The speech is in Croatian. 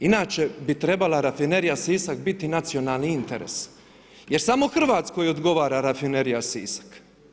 Inače bi trebala Rafinerija Sisak biti nacionalni interes, jer samo Hrvatskoj odgovara Rafinerija Sisak.